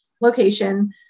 location